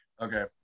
okay